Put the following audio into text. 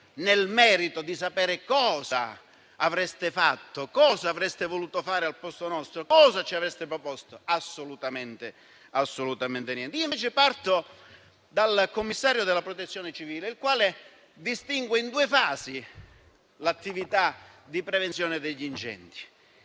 nel merito cosa avreste fatto, cosa avreste voluto fare al posto nostro, cosa ci avreste proposto. Invece, assolutamente niente. Io parto dal commissario della Protezione civile, il quale distingue in due fasi l'attività di prevenzione degli incendi,